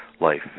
life